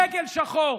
דגל שחור